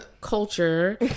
culture